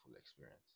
experience